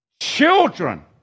children